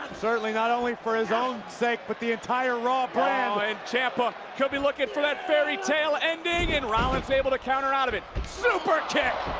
certainly not only for his own sake, but the entire raw brand. and ciampa could be looking for that fairytale ending and rollins able to counter out of it. superkick.